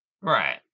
Right